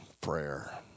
prayer